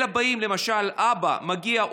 אלא למשל האבא מגיע,